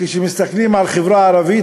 מסתכלים על החברה הערבית,